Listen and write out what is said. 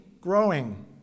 growing